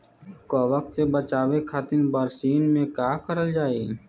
कवक से बचावे खातिन बरसीन मे का करल जाई?